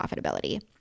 profitability